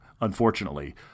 unfortunately